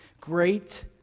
Great